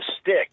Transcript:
stick